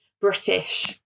British